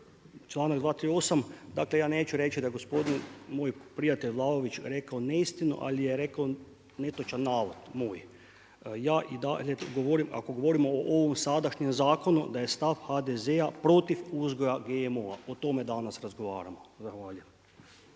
razumije./… Dakle, ja neću reći da je moj prijatelj Vlaović rekao neistinu, ali je rekao netočan navod moj. Ja i dalje govorim, ako govorimo o ovom sadašnjem zakonu da je stav HDZ-a protiv uzgoja GMO-a o tome danas razgovaramo. Zahvaljujem.